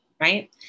right